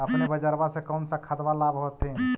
अपने बजरबा से कौन सा खदबा लाब होत्थिन?